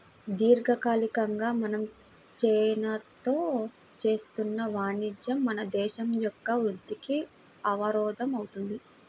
దీర్ఘకాలికంగా మనం చైనాతో చేస్తున్న వాణిజ్యం మన దేశం యొక్క వృద్ధికి అవరోధం అవుతుంది